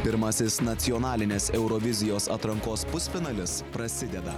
pirmasis nacionalinės eurovizijos atrankos pusfinalis prasideda